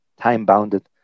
time-bounded